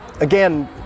again